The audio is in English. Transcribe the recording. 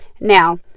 now